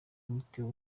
umuti